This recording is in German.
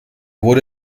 wurde